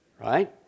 right